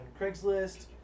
Craigslist